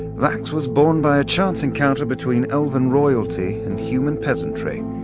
vax was born by a chance encounter between elven royalty and human peasantry.